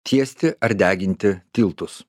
tiesti ar deginti tiltus